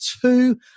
two